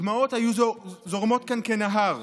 דמעות היו זורמות כאן כנהר.